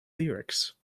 lyrics